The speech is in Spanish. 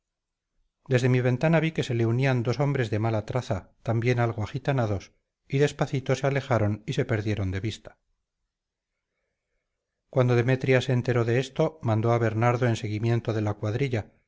desde mi ventana vi que se le unían dos ombres de mala traza también algo agitanados y despacito se alejaron y se perdieron de vista cuando demetria se enteró de esto mandó a bernardo en seguimiento de la cuadrilla